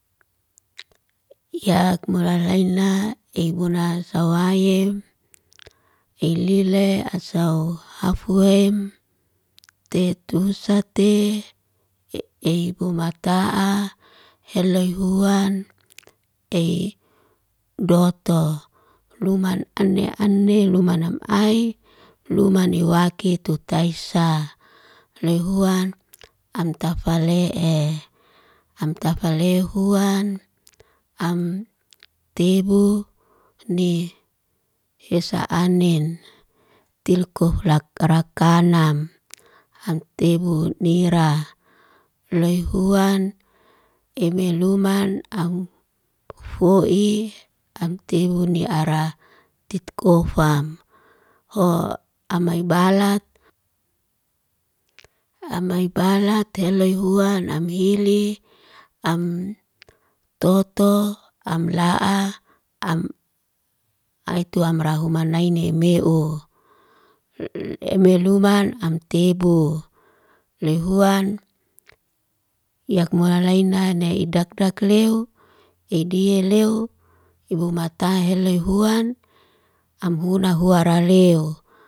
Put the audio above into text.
yaak mulalaina ebuna sawayim, ililei asau hafueim, tetusate eibumataa, heloi huan ei doto. Luman ane ane, luman nam ay, luman ne waki tutaysa. Lehuan amtafale e, amtafale huan, amteibu ni esa anin tilkuflak rakanam amteibunira. Lei huan eme luman amfoi, amteibu ni ara titkofam. Ho amay balat, amay balat teloi huan amhili, amtoto amlaa, am ai tua amrahumanai meu. Le eme luman amteibu, lei huan yaak mulalaina nei idakdak leu, idie leu iibumataa helei huan, am huna huara leu.